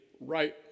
right